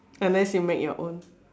sometimes you make your own